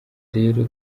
rero